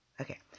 Okay